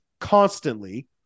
constantly